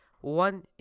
one